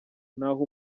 naho